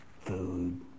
Food